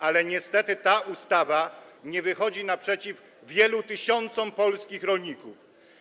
Ale niestety ta ustawa nie wychodzi naprzeciw wielu tysiącom polskich rolników.